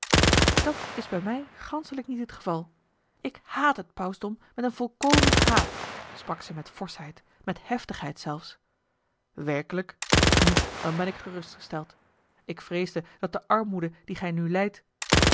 dat is bij mij niet het geval ik haat het pausdom met een volkomen haat sprak zij met forschheid met heftigheid zelfs werkelijk nu dan ben ik gerustgesteld ik vreesde dat de armoede die gij nu lijdt